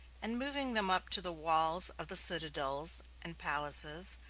and moving them up to the walls of the citadels and palaces,